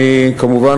כמובן,